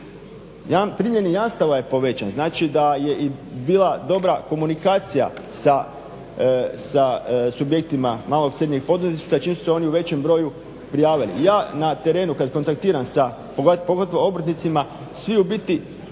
primljenih jamstava je povećan. Znači da je bila dobra komunikacija sa subjektima malog i srednjeg poduzetništva čim su se oni u većem broju prijavili. Ja na terenu kad kontaktiram sa pogotovo obrtnicima svi u biti